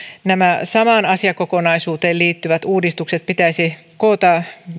samaan asiakokonaisuuteen liittyvät uudistukset pitäisi koota